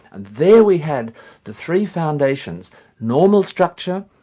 and there we had the three foundations normal structure,